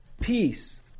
peace